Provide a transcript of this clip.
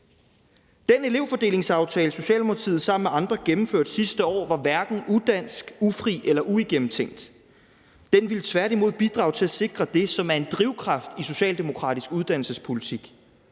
Den elevfordelingsaftale, Socialdemokratiet sammen med andre gennemførte sidste år, var hverken udansk, ufri eller uigennemtænkt. Den ville tværtimod bidrage til at sikre det, som er en drivkraft i socialdemokratisk uddannelsespolitik: